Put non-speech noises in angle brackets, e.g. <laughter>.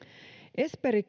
esperi <unintelligible>